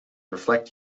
reflect